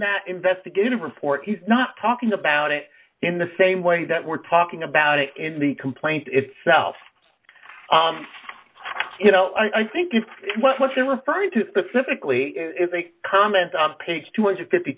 that investigative report he's not talking about it in the same way that we're talking about it in the complaint itself i think if what you're referring to specifically is a comment on page two hundred and fifty